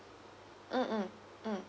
mm mm mm